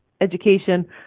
education